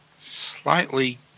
slightly